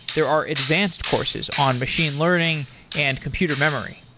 there are advanced courses on machine learning and computer memory.